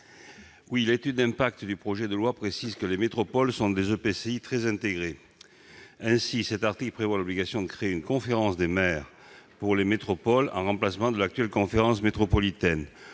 L'étude d'impact du projet de loi indique que les métropoles sont des EPCI très intégrés. Le présent article prévoit ainsi l'obligation de créer une conférence des maires pour les métropoles, en remplacement de l'actuelle conférence métropolitaine.